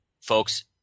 folks